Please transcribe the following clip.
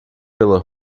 pela